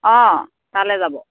অঁ তালৈ যাব